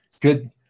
good